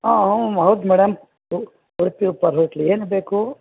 ಹಾಂ ಹೌದು ಹೌದು ಮೇಡಮ್ ಉಡುಪಿ ಉಪಚಾರ್ ಹೋಟೆಲ್ ಏನು ಬೇಕು